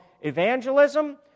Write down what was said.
evangelism